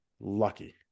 lucky